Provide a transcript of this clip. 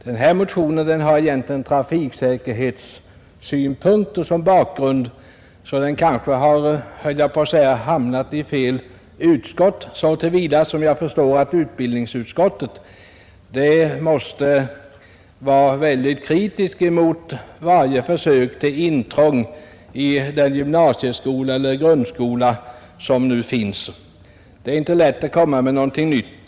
Den motionen har egentligen trafiksäkerhetssynpunkter som bakgrund, så den har kanske, höll jag på att säga, hamnat i fel utskott, så till vida som jag förstår att utbildningsutskottet måste vara väldigt kritiskt mot varje försök till intrång i den gymnasieskola eller grundskola som nu finns. Det är inte lätt att komma med någonting nytt.